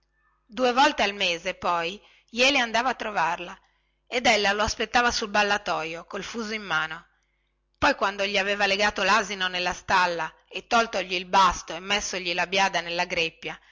due volte al mese poi jeli andava a trovarla ed ella lo aspettava sul ballatojo col fuso in mano e dopo che egli avea legato lasino nella stalla e toltogli il basto messogli la biada nella greppia